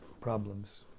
problems